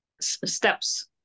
steps